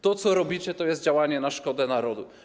To, co robicie, to jest działanie na szkodę narodu.